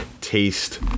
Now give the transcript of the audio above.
taste